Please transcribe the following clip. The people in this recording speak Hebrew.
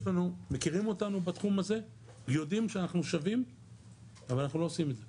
מכירים אותנו בתחום הזה ויודעים שאנחנו שווים אבל אנחנו לא עושים את זה.